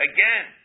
Again